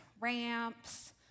ramps